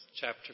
chapter